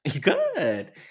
Good